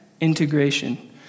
integration